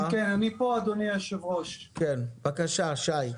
בבקשה, שי.